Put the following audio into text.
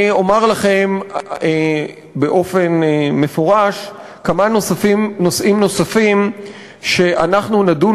לומר לכם באופן מפורש כמה נושאים נוספים שאנחנו נדון